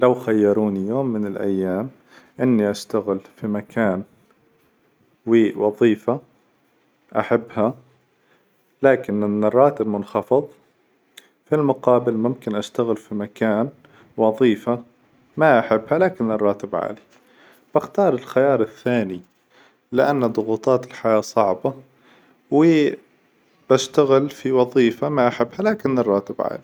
لو خيروني يوم من الأيام إني أشتغل في مكان ووظيفة أحبها لكن إن الراتب منخفظ في المقابل ممكن أشتغل في مكان وظيفة ما أحبها لكن الراتب عالي، باختار الخيار الثاني، لأن ظغوطات الحياة صعبة و بشتغل في وظيفة ما أحبها لكن الراتب عالي.